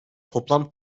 toplam